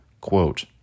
quote